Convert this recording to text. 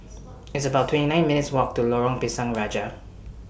It's about twenty nine minutes' Walk to Lorong Pisang Raja